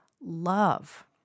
love